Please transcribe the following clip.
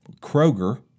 Kroger